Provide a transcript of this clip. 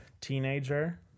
teenager